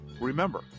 Remember